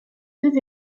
deux